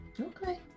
Okay